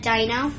Dino